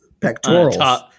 pectorals